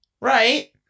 Right